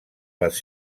les